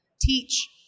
teach